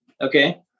okay